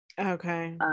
Okay